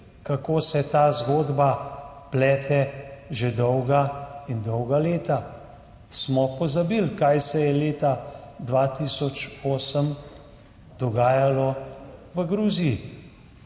kako se ta zgodba plete že dolga in dolga leta? Smo pozabili, kaj se je leta 2008 dogajalo v Gruziji?